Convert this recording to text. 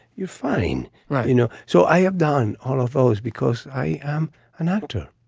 you're fine. right? you know. so i have done all of those because i am an actor.